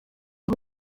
aho